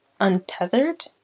untethered